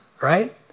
right